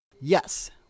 Yes